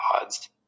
odds